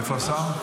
איפה השר?